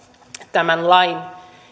tämän lain